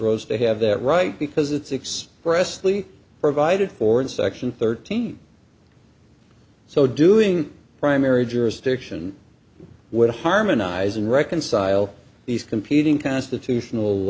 s to have that right because it's expressed lee provided for in section thirteen so doing primary jurisdiction would harmonize and reconcile these competing constitutional